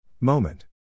Moment